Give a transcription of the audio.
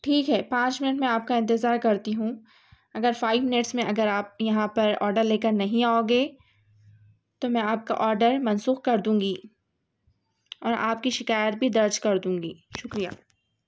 ٹھیک ہے پانچ منٹ میں آپ کا انتظار کرتی ہوں اگر فائو منٹس میں اگر آپ یہاں پر آڈر لے کر نہیں آؤ گے تو میں آپ کا آڈر منسوخ کر دوں گی اور آپ کی شکایت بھی درج کر دوں گی شکریہ